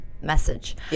message